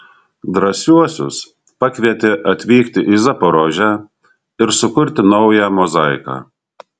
drąsiuosius pakvietė atvykti į zaporožę ir sukurti naują mozaiką